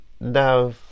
now